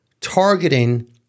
targeting